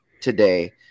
today